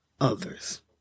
others